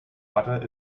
butter